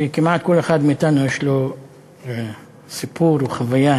שכמעט כל אחד מאתנו יש לו סיפור או חוויה